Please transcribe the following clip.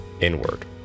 inward